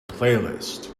playlist